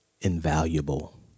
invaluable